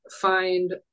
find